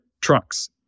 trucks